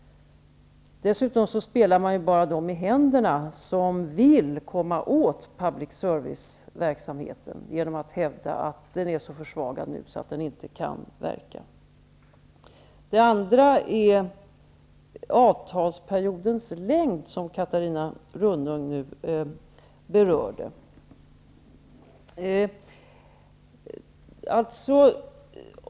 Genom att hävda att public service-verksamheten nu är så försvagad att den inte kan verka spelar man dessutom bara dem i händerna som vill komma åt public serviceverksamheten. Så till avtalsperiodens längd, som Catarina Rönnung nu berörde.